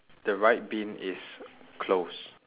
the right bin is closed